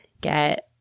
get